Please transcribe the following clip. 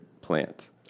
plant